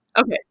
Okay